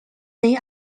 they